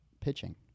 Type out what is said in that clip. pitching